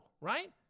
right